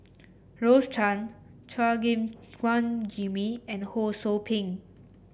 Rose Chan Chua Gim Guan Jimmy and Ho Sou Ping